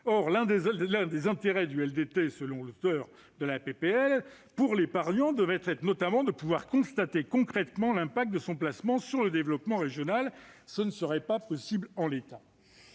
loi, l'un des intérêts du LDT pour l'épargnant devrait être, notamment, de pouvoir constater concrètement l'impact de son placement sur le développement régional. Ce ne serait pas possible en l'état.